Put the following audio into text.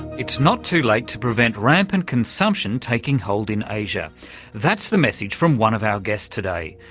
it's not too late to prevent rampant consumption taking hold in asia that's the message from one of our guests today,